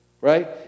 Right